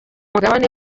mugabane